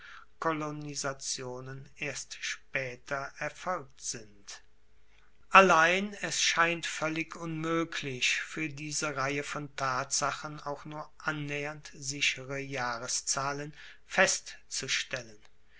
kolonisationen erst spaeter erfolgt sind allein es scheint voellig unmoeglich fuer diese reihe von tatsachen auch nur annaehernd sichere jahreszahlen festzustellen